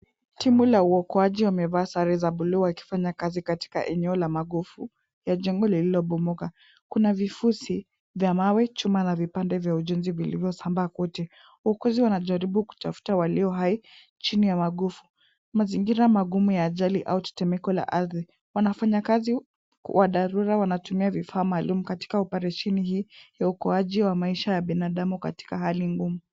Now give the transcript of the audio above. Timu la uwokoaji wamevaa sare za blue wakifanya kazi katika eneo la magofula jengo lililobomoka. Kuna vifusi vya mawe, chuma na vipande vya ujenzi vilivyosambaa kwote. Waukuzi wanajaribu kutafuta walio hai chini ya magofu. Mazingira magumu ya ajali au tetemeko la ardhi. Wanafanyakazi wa dharura wanatumia vifaa maalum katika uparesheni hii ya uokoaji wa maisha ya binadamu katika hali ngumu.